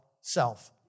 self